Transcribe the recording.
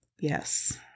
Yes